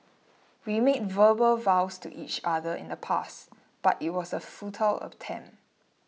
we made verbal vows to each other in the past but it was a futile attempt